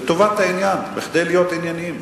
לטובת העניין, כדי להיות ענייניים.